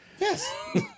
Yes